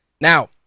Now